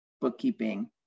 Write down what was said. bookkeeping